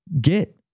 get